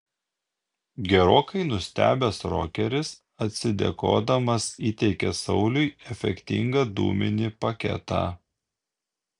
gerokai nustebęs rokeris atsidėkodamas įteikė sauliui efektingą dūminį paketą